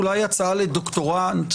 אולי הצעה לדוקטורנט,